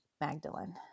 Magdalene